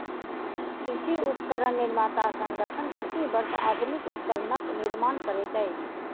कृषि उपकरण निर्माता संगठन, प्रति वर्ष आधुनिक उपकरणक निर्माण करैत अछि